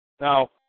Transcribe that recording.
Now